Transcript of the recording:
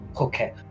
okay